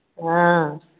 हॅं